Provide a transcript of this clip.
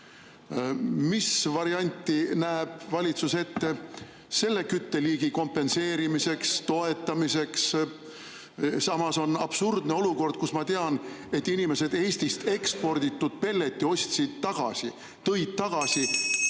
Mis varianti näeb valitsus ette selle kütteliigi kompenseerimiseks, toetamiseks? Samas on absurdne olukord. Ma tean inimesi, kes Eestist eksporditud pelleti ostsid tagasi, tõid tagasi